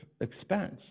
expense